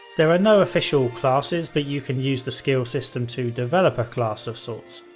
there are no official classes, but you can use the skill system to develop a class of sorts.